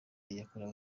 yakorewe